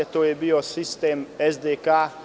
To je bio sistem SDK.